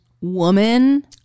woman